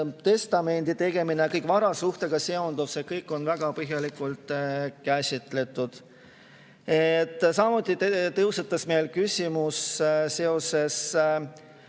testamendi tegemine ja kõik varasuhetega seonduv on väga põhjalikult käsitletud. Samuti tõusetus küsimus seoses